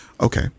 Okay